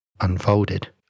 unfolded